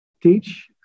teach